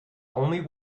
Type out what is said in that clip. only